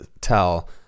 tell